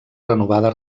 renovada